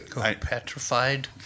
petrified